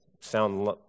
sound